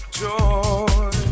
joy